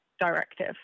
directive